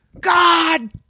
god